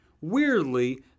Weirdly